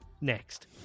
Next